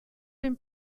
been